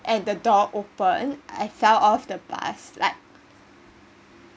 and the door open I fell off the bus like